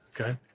okay